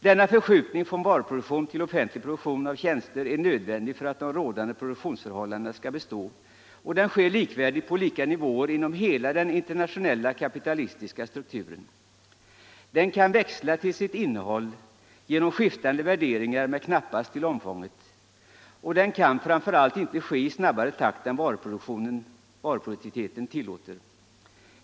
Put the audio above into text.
Denna förskjutning från varuproduktion till offentlig produktion av tjänster är nödvändig för att de rådande produktionsförhållandena skall bestå, och den sker likvärdigt på lika nivåer inom hela den internationella kapitalistiska strukturen. Den kan växla till sitt innehåll genom skiftande värderingar men knappast till omfånget. Och den kan framför allt inte ske i snabbare'” takt än varuproduktiviteten tillåter.